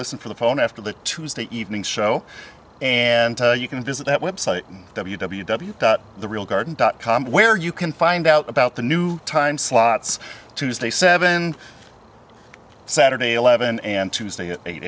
listen for the phone after the tuesday evening show and you can visit that website w w w the real garden dot com where you can find out about the new time slots tuesday seven saturday eleven and tuesday at eight